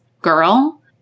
girl